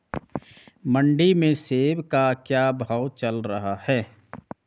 मंडी में सेब का क्या भाव चल रहा है?